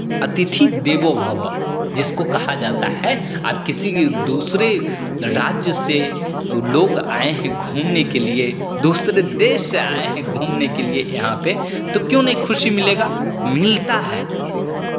अतिथि देवो भवः जिसको कहा जाता है किसी दूसरे राज्य से लोग आए हैं घूमने के लिए दूसरे देश से आए हैं घूमने के लिए यहाँ पे तो क्यों नहीं खुशी मिलेगा मिलता है